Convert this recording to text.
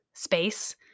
space